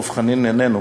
דב חנין איננו,